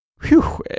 Phew